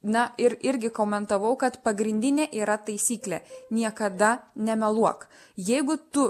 na ir irgi komentavau kad pagrindinė yra taisyklė niekada nemeluok jeigu tu